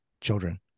children